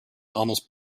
almost